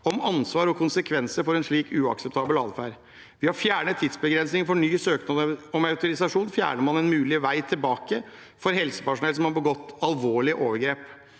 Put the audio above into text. om ansvar og konsekvenser for en slik uakseptabel atferd. Ved å fjerne tidsbegrensningen for ny søknad om autorisasjon fjerner man en mulig vei tilbake for helsepersonell som har begått alvorlige overgrep.